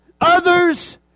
Others